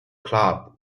club